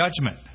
judgment